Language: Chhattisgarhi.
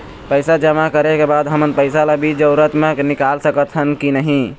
पैसा जमा करे के बाद हमन पैसा ला बीच जरूरत मे निकाल सकत हन की नहीं?